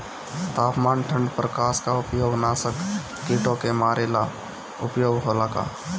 तापमान ठण्ड प्रकास का उपयोग नाशक कीटो के मारे ला उपयोग होला का?